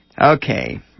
Okay